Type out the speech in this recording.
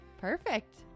Perfect